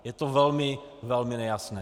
Je to velmi, velmi nejasné.